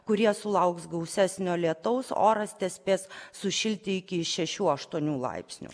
kurie sulauks gausesnio lietaus oras tespės sušilti iki šešių aštuonių laipsnių